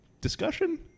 discussion